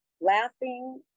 laughing